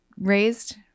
raised